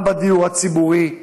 גם בדיור הציבורי,